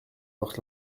porte